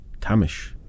Tamish